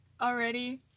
already